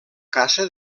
caça